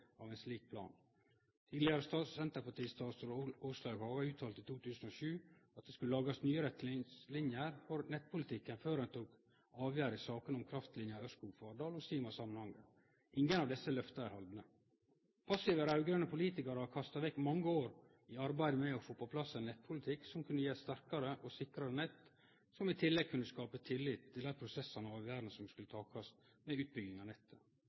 av ein slik plan. Tidlegare senterpartistatsråd Åslaug Haga uttala i 2007 at det skulle lagast nye retningslinjer for nettpolitikken før ein tok avgjerd i sakene om kraftlinjene Ørskog–Fardal og Sima–Samnanger. Ingen av desse løfta er haldne. Passive raud-grøne politikarar har kasta vekk mange år i arbeidet med å få på plass ein nettpolitikk som kunne gje eit sterkare og sikrare nett, og som i tillegg kunne skape tillit til dei prosessane og avgjerdene som skal takast med utbygging av nettet.